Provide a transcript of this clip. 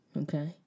Okay